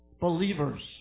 Believers